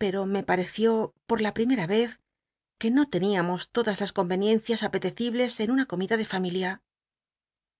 pco me paeció por la primera cz que no teníamos todas las comcn ncias apetecibles en una comida de familia